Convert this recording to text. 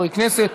התקבלה.